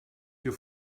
your